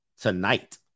tonight